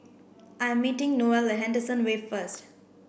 I'm meeting Noelle at Henderson Wave first